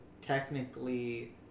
technically